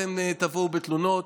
אתם תבואו בתלונות.